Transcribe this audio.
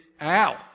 out